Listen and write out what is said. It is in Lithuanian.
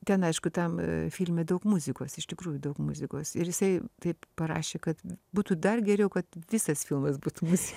ten aišku tam filme daug muzikos iš tikrųjų daug muzikos ir jisai taip parašė kad būtų dar geriau kad visas filmas būtų muzi